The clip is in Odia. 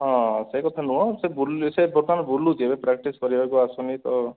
ହଁ ସେଇକଥା ନୁହଁ ସେ ସେ ବର୍ତ୍ତମାନ ବୁଲୁଛି ଏବେ ପ୍ରାକ୍ଟିସ୍ କରିବାକୁ ଆସୁନି ତ